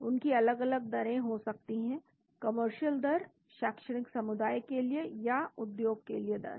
उनकी अलग अलग दरें हो सकती हैं कमर्शियल दर शैक्षणिक समुदाय के लिए या उद्योग के लिए दर